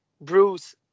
Bruce